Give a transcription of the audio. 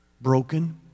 broken